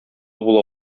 була